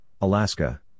Alaska